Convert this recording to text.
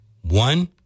one